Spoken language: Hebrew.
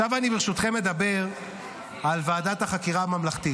עכשיו אני ברשותכם אדבר על ועדת החקירה הממלכתית.